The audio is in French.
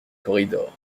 corridors